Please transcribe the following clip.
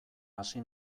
hasi